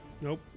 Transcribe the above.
nope